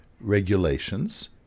regulations